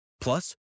Plus